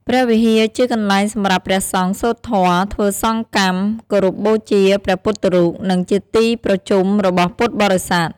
ព្រះវិហារជាកន្លែងសម្រាប់ព្រះសង្ឃសូត្រធម៌ ធ្វើសង្ឃកម្ម គោរពបូជាព្រះពុទ្ធរូប និងជាទីប្រជុំរបស់ពុទ្ធបរិស័ទ។